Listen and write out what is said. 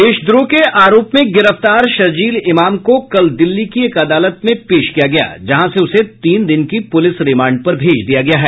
देशद्रोह के आरोप में गिरफ्तार शरजील इमाम को कल दिल्ली की एक अदालत में पेश किया गया जहां से उसे तीन दिन की पुलिस रिमांड पर भेज दिया गया है